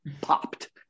popped